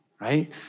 right